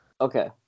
Okay